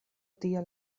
tia